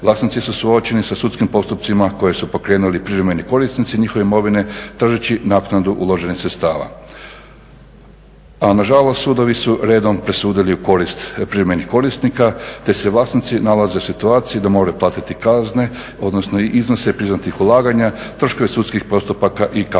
vlasnici su suočeni sa sudskim postupcima koje su pokrenuli privremeni korisnici njihove imovine tražeći naknadu uloženih sredstava. A nažalost sudovi su redom presudili u korist privremenih korisnika, te se vlasnici nalaze u situaciji da moraju platiti kazne odnosno iznose priznatih ulaganja, troškove sudskih postupaka i kamate.